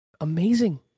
amazing